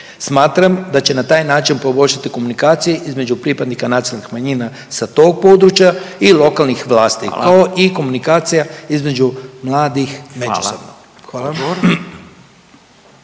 Smatram da će na taj način poboljšati komunikaciju između pripadnika nacionalnih manjina sa tog područja i lokalnih vlasti … .../Upadica: Hvala./... … to i komunikacija između mladih međusobno. **Radin,